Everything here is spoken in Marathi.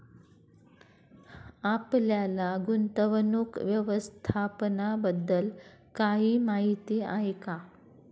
आपल्याला गुंतवणूक व्यवस्थापनाबद्दल काही माहिती आहे का?